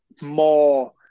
more